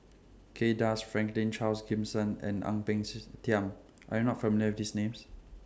Kay Das Franklin Charles Gimson and Ang Peng sees Tiam Are YOU not familiar with These Names